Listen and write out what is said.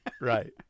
Right